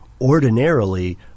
ordinarily